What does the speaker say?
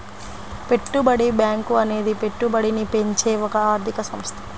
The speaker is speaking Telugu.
పెట్టుబడి బ్యాంకు అనేది పెట్టుబడిని పెంచే ఒక ఆర్థిక సంస్థ